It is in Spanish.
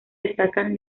destacan